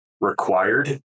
required